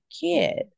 kid